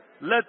Let